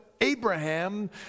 Abraham